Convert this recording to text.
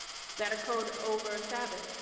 that occurred over a sabbath.